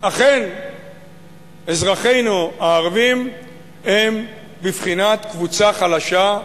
אכן אזרחינו הערבים הם בבחינת קבוצה חלשה,